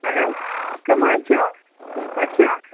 hello کٕم حظ چھُو ٹھیٖک پٲٹھۍ چھُو